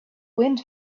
wind